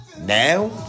now